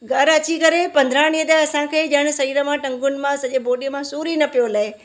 घरु अची करे पंद्रहं ॾींहं त असांखे ॼण सरीर मां टंगुन मां सॼी बॉडीअ मां सूर ई न पियो लहे